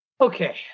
Okay